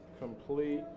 complete